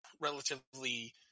relatively